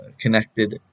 connected